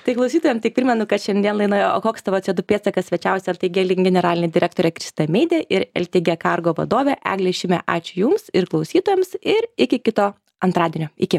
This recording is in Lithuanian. tai klausytojam tik primenu kad šiandien laidoje o koks tavo cė o du pėdsakas svečiavosi ltg link generalinė direktorė kristina meidė ir ltg kargo vadovė eglė šimė ačiū jums ir klausytojams ir iki kito antradienio iki